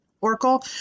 oracle